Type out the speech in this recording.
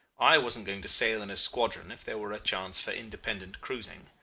i wasn't going to sail in a squadron if there were a chance for independent cruising.